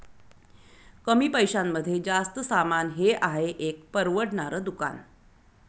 कमी पैशांमध्ये जास्त सामान हे आहे एक परवडणार दुकान